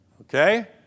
Okay